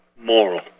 moral